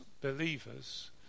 believers